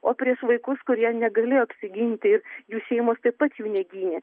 o prieš vaikus kurie negalėjo apsiginti ir jų šeimos taip pat jų negynė